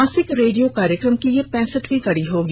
मासिक रेडियो कार्यक्रम की यह पैंसठवीं कड़ी होगी